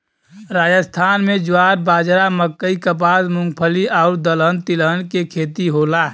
राजस्थान में ज्वार, बाजरा, मकई, कपास, मूंगफली आउर दलहन तिलहन के खेती होला